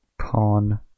pawn